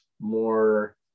more